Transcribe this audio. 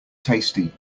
tasty